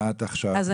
בתור מה את עכשיו פה?